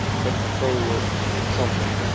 take control of something.